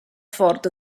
ford